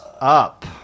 up